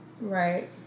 Right